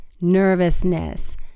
nervousness